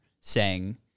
saying-